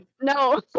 No